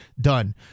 done